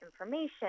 information